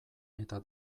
eta